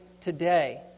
today